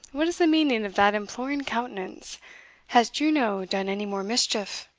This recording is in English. what is the meaning of that imploring countenance has juno done any more mischief?